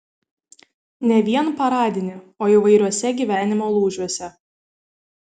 ne vien paradinį o įvairiuose gyvenimo lūžiuose